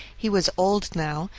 he was old now,